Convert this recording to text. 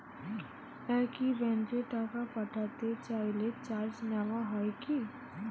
একই ব্যাংকে টাকা পাঠাতে চাইলে চার্জ নেওয়া হয় কি?